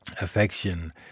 affection